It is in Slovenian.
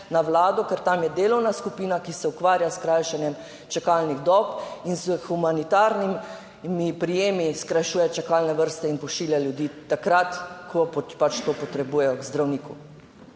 na Vlado, ker tam je delovna skupina, ki se ukvarja s skrajšanjem čakalnih dob in s humanitarnimi prijemi skrajšuje čakalne vrste in pošilja ljudi takrat, ko pač to potrebujejo, k zdravniku.